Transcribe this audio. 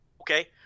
okay